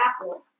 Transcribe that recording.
Apple